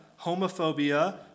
homophobia